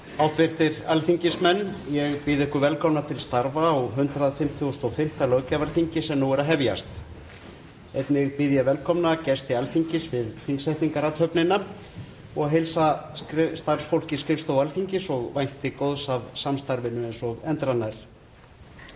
Hv. alþingismenn. Ég býð ykkur velkomna til starfa á 155. löggjafarþingi, sem nú er að hefjast. Einnig býð ég velkomna gesti Alþingis við þingsetningarathöfnina og heilsa starfsfólki skrifstofu Alþingis og vænti góðs af samstarfinu við ykkur eins og endranær.